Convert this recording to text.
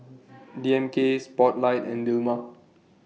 D M K Spotlight and Dilmah